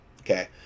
okay